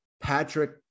Patrick